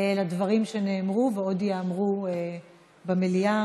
לדברים שנאמרו ועוד ייאמרו במליאה.